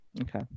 okay